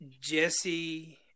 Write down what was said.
Jesse